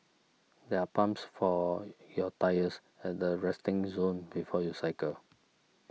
there are pumps for your tyres at the resting zone before you cycle